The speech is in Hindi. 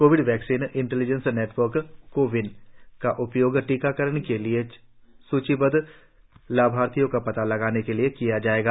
Covid vaccine intelligence network CoWIN का उपयोग टीकाकरण के लिए सूचीबद्ध लाभार्थियों का पता लगाने के लिए किया जाएगा